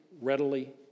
readily